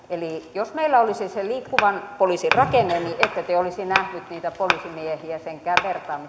eli jos meillä olisi se liikkuvan poliisin rakenne niin ette te olisi nähneet niitä poliisimiehiä senkään vertaa